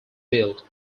built